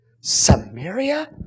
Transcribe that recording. Samaria